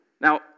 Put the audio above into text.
Now